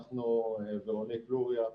ורוניק לוריא.